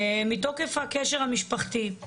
מתוקף הקשר המשפחתי.